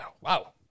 Wow